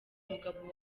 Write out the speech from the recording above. umugabo